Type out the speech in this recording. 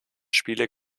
spiele